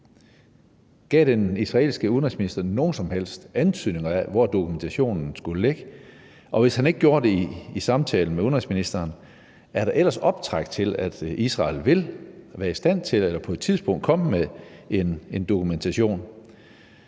Gav den israelske udenrigsminister nogen som helst antydninger af, hvor dokumentationen skulle ligge, og hvis han ikke gjorde det i samtalen med udenrigsministeren, er der ellers optræk til, at Israel vil være i stand til på et tidspunkt at komme med en dokumentation?